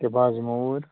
یہِ کہِ بہٕ حظ یِم ہو اوٗرۍ